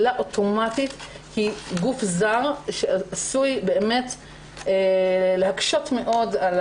שלילה אוטומטית היא גוף זר שעשוי להקשות מאוד גם על